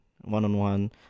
one-on-one